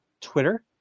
Twitter